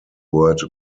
word